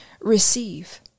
receive